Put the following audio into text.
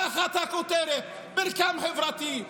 תחת הכותרת "מרקם חברתי",